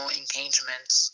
engagements